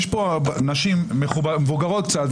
יש פה נשים מבוגרות קצת,